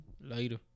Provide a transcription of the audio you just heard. Later